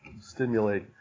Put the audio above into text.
stimulate